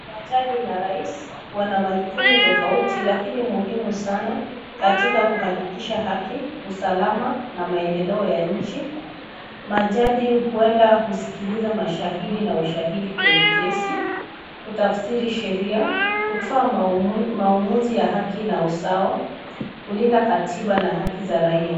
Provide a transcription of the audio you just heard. Majaji na rais wana majukumu tofauti lakini muhimu sana katika kuhakikisha haki, usalama na maendeleo ya nchi. Majaji huenda husikiliza mashahidi na ushahidi kwenye kesi, kutafsiri sheria, kutoa maamuzi ya haki na usawa, kulinda katiba na haki za raia.